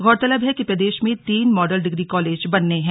गौरतलब है कि प्रदेश में तीन मॉडल डिग्री कॉलेज बनने हैं